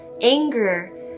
Anger